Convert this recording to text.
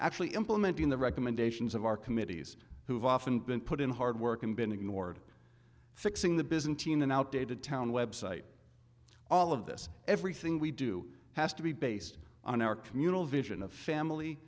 actually implementing the recommendations of our committees who have often been put in hard work and been ignored fixing the byzantine and outdated town website all of this everything we do has to be based on our communal vision of family